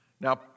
Now